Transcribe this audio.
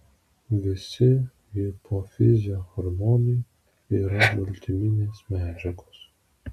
visi hipofizio hormonai yra baltyminės medžiagos